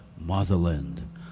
motherland